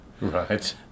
Right